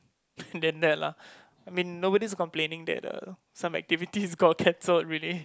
than that lah I mean nobody is complaining that uh some activities got cancelled really